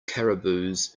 caribous